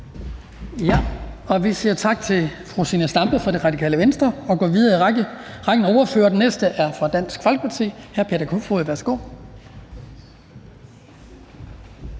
Vi siger tak til fru Zenia Stampe fra Radikale Venstre og går videre i rækken af ordførere. Den næste er fra Dansk Folkeparti. Hr. Peter Kofod, værsgo.